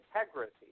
integrity